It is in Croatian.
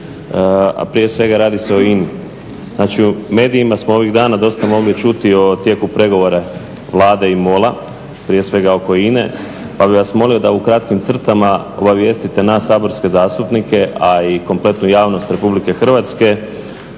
a prije svega radi se o INA-i. Znači u medijima smo ovih dana dosta mogli čuti o tijeku pregovora Vlade i MOL-a prije svega oko INA-e. Pa bih vas molio da u kratkim crtama obavijestite nas saborske zastupnike a i kompletnu javnost Republike Hrvatske